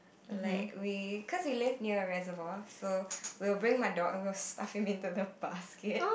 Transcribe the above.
like we cause we live near a reservoir so we'll bring my dog along and stuff him in a basket